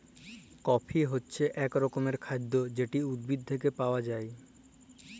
coffee হছে ইক রকমের খাইদ্য যেট উদ্ভিদ থ্যাইকে পাউয়া যায়